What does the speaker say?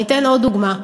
אני אתן עוד דוגמה.